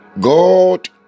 God